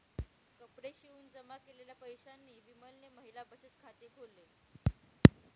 कपडे शिवून जमा केलेल्या पैशांनी विमलने महिला बचत खाते खोल्ल